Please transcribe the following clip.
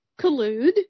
collude